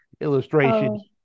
illustration